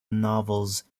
novels